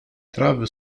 trawa